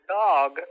dog